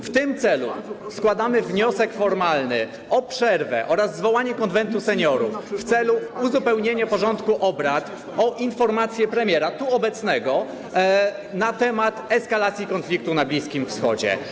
W tym celu składamy wniosek formalny o przerwę oraz zwołanie Konwentu Seniorów w celu uzupełnienia porządku obrad o informację obecnego tu premiera na temat eskalacji konfliktu na Bliskim Wschodzie.